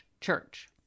church